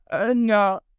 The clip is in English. no